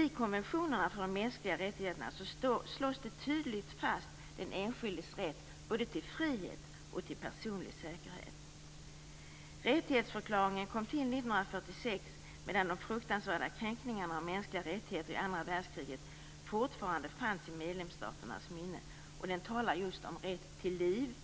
I konventionerna för de mänskliga rättigheterna slås den enskildes rätt både till frihet och personlig säkerhet tydligt fast. Rättighetsförklaringen kom till 1946, medan de fruktansvärda kränkningarna av mänskliga rättigheter i andra världskriget fortfarande fanns i medlemsstaternas minne. Man talar just om rätt till liv,